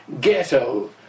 ghetto